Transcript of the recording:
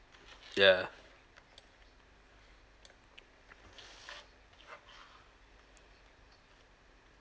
ya